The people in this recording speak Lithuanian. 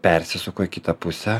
persisuko į kitą pusę